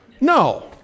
No